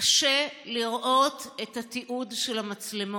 קשה לראות את התיעוד של המצלמות,